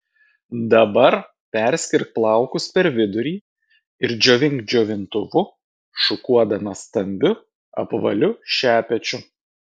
dabar perskirk plaukus per vidurį ir džiovink džiovintuvu šukuodama stambiu apvaliu šepečiu